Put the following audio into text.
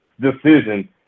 decision